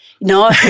No